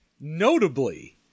notably